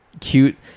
cute